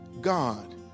God